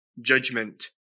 judgment